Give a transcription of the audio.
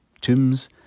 Tombs